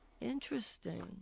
interesting